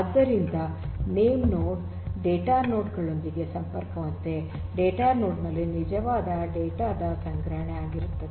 ಆದ್ದರಿಂದ name node data node ಗಳೊಂದಿಗೆ ಸಂಪರ್ಕ ಹೊಂದಿದೆ ಡೇಟಾ ನೋಡ್ ನಲ್ಲಿ ನಿಜವಾದ ಡೇಟಾ ದ ಸಂಗ್ರಹಣೆ ಆಗಿರುತ್ತದೆ